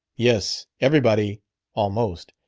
yes everybody almost,